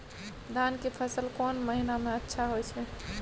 धान के फसल कोन महिना में अच्छा होय छै?